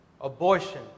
abortion